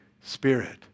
Spirit